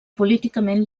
políticament